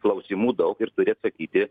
klausimų daug ir turi atsakyti